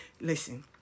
listen